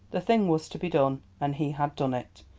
the thing was to be done, and he had done it.